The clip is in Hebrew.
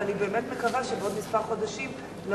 ואני באמת מקווה שבעוד כמה חודשים לא